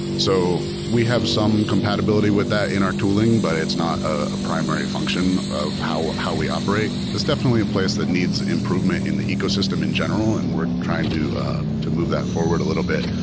so we have some compatibility with that in our tooling, but it's not a primary function of how how we operate. it's definitely a place that needs improvement in the ecosystem in general and we're trying to to move that forward a little bit.